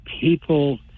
people